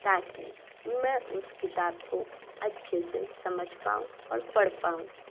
ताकी मैं उस किताब को अच्छे से समझ पाऊँ और पढ़ पाऊँ